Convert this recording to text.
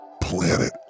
Planet